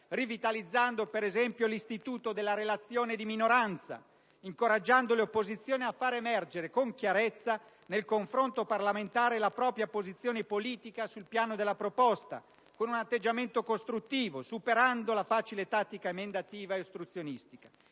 rivitalizzando per esempio l'istituto della relazione di minoranza, incoraggiando le opposizioni a far emergere con chiarezza, nel confronto parlamentare, la propria posizione politica sul piano della proposta, con un atteggiamento costruttivo, superando la facile tattica emendativa e ostruzionistica,